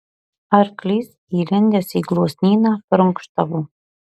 arklys įlindęs į gluosnyną prunkštavo